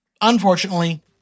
unfortunately